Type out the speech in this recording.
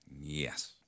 Yes